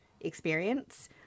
experience